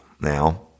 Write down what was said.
Now